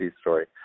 story